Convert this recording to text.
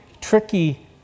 tricky